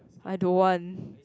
I don't want